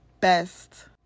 best